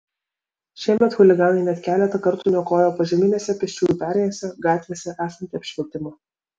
šiemet chuliganai net keletą kartų niokojo požeminėse pėsčiųjų perėjose gatvėse esantį apšvietimą